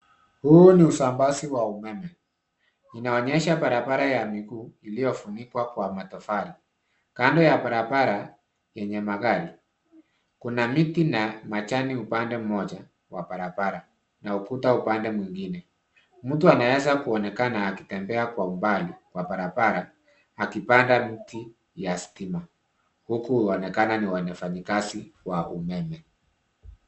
Huu ni usambazi wa umeme. Inaonyesha barabara ya miguu iliyofunikwa kwa matofali. Kando ya barabara yenye magari Kuna miti na majani upande mmoja wa barabara na ukuta upande mwingine. Mtu anaweza kuonekana akitembea kwa umbali wa barabara akipanda miti ya stima huku huonekana ni wafanyikazi wa umeme.